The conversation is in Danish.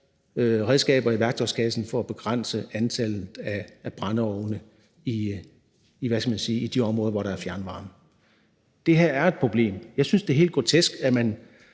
redskaber i værktøjskassen for at begrænse antallet af brændeovne i de områder, hvor der er fjernvarme. Det her er et problem. Jeg synes, det er helt grotesk, at man